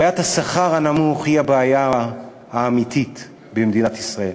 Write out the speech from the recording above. בעיית השכר הנמוך היא הבעיה האמיתית במדינת ישראל.